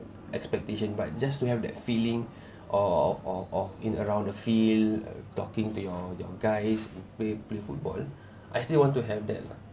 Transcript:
expectation but just to have that feeling of of in around the field uh talking to your your guys play play football I still want to have them lah